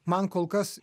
man kol kas